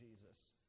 Jesus